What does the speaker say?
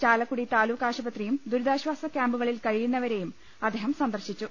ചാലക്കുടി താലൂക്ക് ആശുപത്രിയും ദുരിതാശ്വാസ കൃാമ്പുകളിൽ കഴിയുന്നവരെയും അദ്ദേഹം സന്ദർശിച്ചു